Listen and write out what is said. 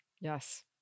Yes